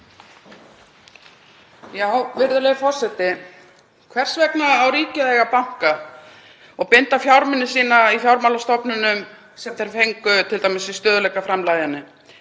Virðulegur forseti. Hvers vegna á ríkið að eiga banka og binda fjármuni sína í fjármálastofnunum sem þeir fengu t.d. í stöðugleikaframlaginu?